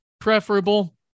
preferable